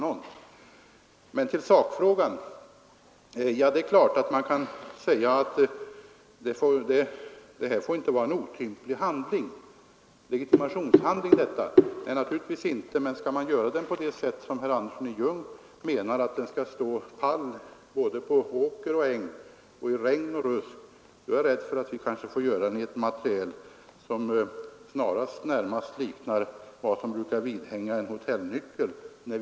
Men åter till sakfrågan. Det är klart man kan säga att körkortet inte får vara en otymplig legitimationshandling. Men skall man tillverka det i ett utförande som herr Andersson i Ljung kräver, så att det skall stå pall både på åker och äng, i regn och rusk, då är jag rädd för att vi måste tillverka det i ett material som närmast skulle likna vad som hänger fast vid hotellnycklar.